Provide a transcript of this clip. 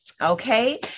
Okay